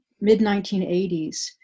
mid-1980s